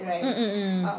mmhmm